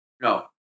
no